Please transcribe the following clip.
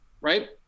right